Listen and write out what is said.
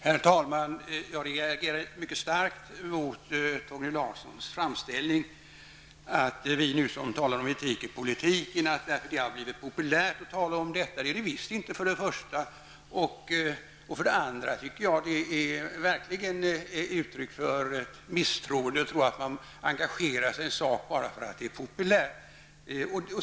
Herr talman! Jag reagerade mycket starkt mot Torgny Larssons framställning att vi som nu talar om etik i politiken gör detta därför att det har blivit populärt. Det är det visst inte för det första. För det andra tycker jag verkligen att det är ett uttryck för misstroende att tro att man engagerar sig i en sak bara för att det är populärt.